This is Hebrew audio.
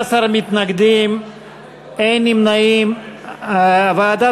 התשע"ג 2013, לוועדה